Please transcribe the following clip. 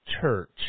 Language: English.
church